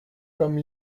comme